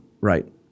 Right